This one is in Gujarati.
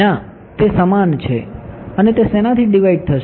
ના તે સમાન છે અને તે શેનાથી ડીવાઇડ થશે